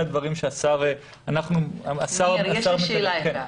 ניר, יש לי שאלה אליך.